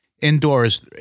indoors